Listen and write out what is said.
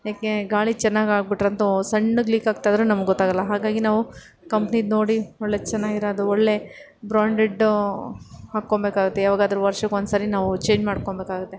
ಏಕೆ ಗಾಳಿ ಚೆನ್ನಾಗಿ ಆಗ್ಬಿಟ್ಟಿರುತ್ತೊ ಸಣ್ಣಗೆ ಲೀಕ್ ಆಗ್ತಾಯಿದ್ರೂ ನಮ್ಗೆ ಗೊತ್ತಾಗೋಲ್ಲ ಹಾಗಾಗಿ ನಾವು ಕಂಪ್ನಿದು ನೋಡಿ ಒಳ್ಳೆ ಚೆನ್ನಾಗಿರೋದು ಒಳ್ಳೆ ಬ್ರಾಂಡೆಡ್ ಹಾಕ್ಕೊಳ್ಬೇಕಾಗುತ್ತೆ ಯಾವಾಗಾದ್ರೂ ವರ್ಷಕ್ಕೊಂದ್ಸರಿ ನಾವು ಚೇಂಜ್ ಮಾಡ್ಕೊಳ್ಬೇಕಾಗುತ್ತೆ